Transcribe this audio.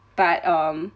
but um